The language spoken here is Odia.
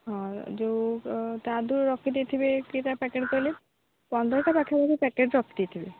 ହଁ ଯେଉଁ ତା'ଦେହରୁ ରଖିଦେଇଥିବେ କେଇଟା ପ୍ୟାକେଟ୍ କହିଲେ ପନ୍ଦରଟା ପାଖାପାଖି ପ୍ୟାକେଟ୍ ରଖି ଦେଇଥିବେ